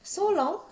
so long